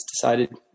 decided